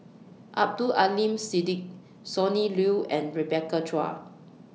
Abdul Aleem Siddique Sonny Liew and Rebecca Chua